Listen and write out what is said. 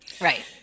right